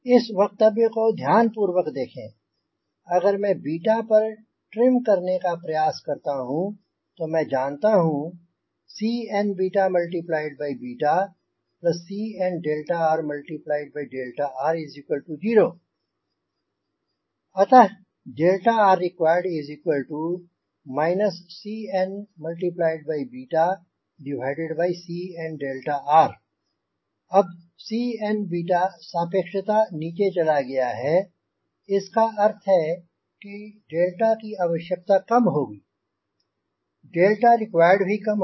इस वक्तव्य को ध्यान पूर्वक देखें अगर मैं बीटा पर ट्रिम करने का प्रयास करता हूँ तो मैं जानता हूँ CnCnrr0 अतः required CnCnr अब Cn सापेक्षता नीचे चला गया है इसका अर्थ है कि डेल्टा की आवश्यकता कम होगी डेल्टा रिक्वायर्ड भी कम होगा